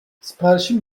siparişin